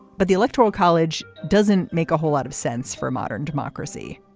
but the electoral college doesn't make a whole lot of sense for a modern democracy